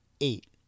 eight